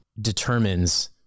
determines